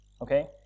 okay